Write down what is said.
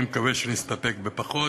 אני מקווה שנסתפק בפחות,